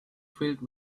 filled